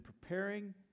preparing